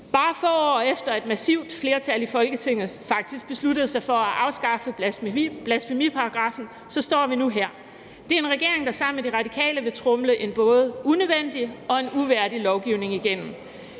Bare få år efter at et massivt flertal i Folketinget faktisk besluttede sig for at afskaffe blasfemiparagraffen, står vi nu her. Det er en regering, der sammen med De Radikale vil tromle en både unødvendig og en uværdig lovgivning igennem.